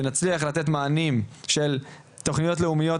שנצליח לתת מענים של תוכניות לאומיות,